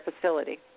facility